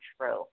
true